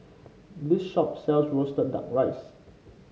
this shop sells roasted duck rice